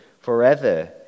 forever